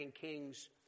Kings